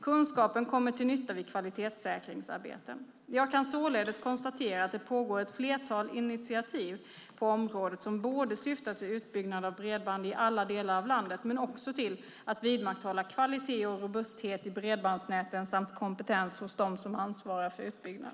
Kunskapen kommer till nytta vid kvalitetssäkringsarbeten. Jag kan således konstatera att det pågår ett flertal initiativ på området som syftar till utbyggnad av bredband i alla delar landet men också till att vidmakthålla kvalitet och robusthet i bredbandsnäten samt kompetens hos dem som ansvarar för utbyggnad.